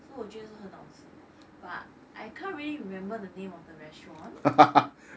so 我觉得是很好吃 but I can't really remember the name of the restaurant